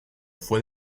fue